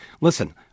Listen